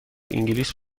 انگلیس